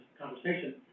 conversation